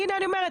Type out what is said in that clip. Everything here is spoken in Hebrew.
הינה אני אומרת,